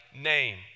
name